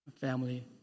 family